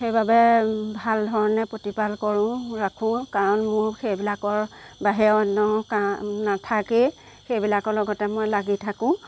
সেইবাবে ভাল ধৰণে প্ৰতিপাল কৰো ৰাখো কাৰণ মোৰ সেইবিলাকৰ বাহিৰে অন্য কাম নাথাকেই সেইবিলাকৰ লগতে মই লাগি থাকো